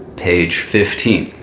page fifteen.